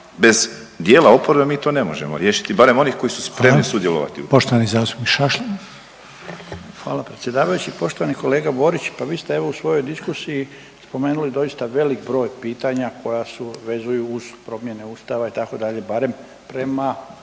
bez dijela oporbe mi to ne možemo riješiti barem onih koji su spremni …/Upadica